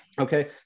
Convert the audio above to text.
okay